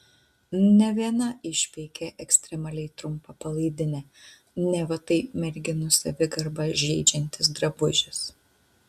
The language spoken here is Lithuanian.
ne viena išpeikė ekstremaliai trumpą palaidinę neva tai merginų savigarbą žeidžiantis drabužis